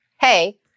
hey